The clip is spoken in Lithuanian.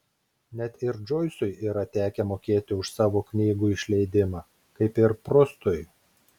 net ir džoisui yra tekę mokėti už savo knygų išleidimą kaip ir prustui